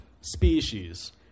species